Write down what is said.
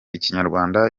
ikinyarwanda